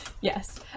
Yes